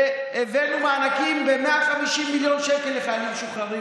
והבאנו מענקים ב-150 מיליון שקל לחיילים משוחררים